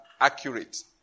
accurate